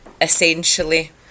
essentially